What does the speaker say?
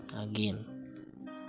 again